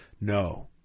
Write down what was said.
No